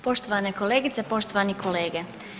Poštovane kolegice, poštovani kolege.